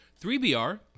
3BR